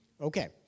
Okay